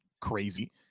crazy